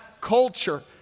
culture